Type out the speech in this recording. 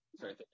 Sorry